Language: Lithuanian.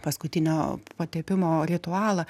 paskutinio patepimo ritualą